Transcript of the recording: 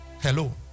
hello